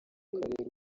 karere